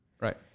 right